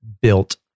built